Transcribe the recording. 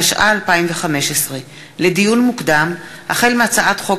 התשע"ה 2015. לדיון מוקדם: החל בהצעת חוק